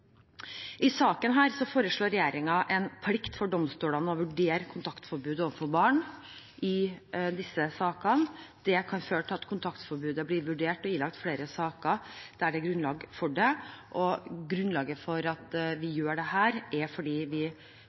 I denne saken foreslår regjeringen en plikt for domstolene til å vurdere kontaktforbud overfor barn i slike saker. Det kan føre til at kontaktforbud blir vurdert og ilagt i flere saker der det er grunnlag for det. Grunnen til at vi gjør dette, er at vi mener barn trenger bedre beskyttelse enn de har i dag. Vi